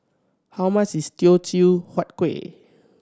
how much is Teochew Huat Kueh